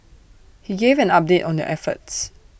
he gave an update on their efforts